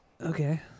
Okay